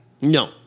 No